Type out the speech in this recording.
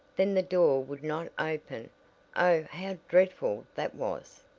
then the door would not open oh how dreadful that was!